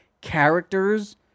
characters